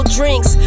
drinks